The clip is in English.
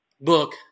book